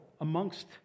amongst